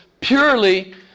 purely